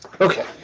Okay